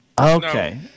Okay